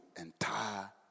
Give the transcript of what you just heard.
entire